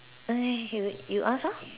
!oi! you you ask orh